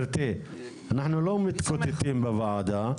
אנחנו לא מתקוטטים בוועדה.